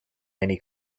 many